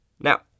Now